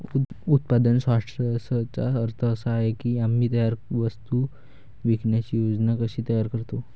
उत्पादन सॉर्टर्सचा अर्थ असा आहे की आम्ही तयार वस्तू विकण्याची योजना कशी तयार करतो